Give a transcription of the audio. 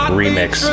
remix